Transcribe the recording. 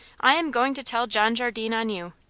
i am going to tell john jardine on you.